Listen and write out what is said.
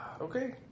Okay